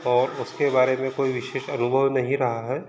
और उसके बारे में कोई विशेष अनुभव नहीं रहा है